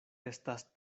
estas